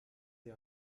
die